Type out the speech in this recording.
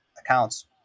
accounts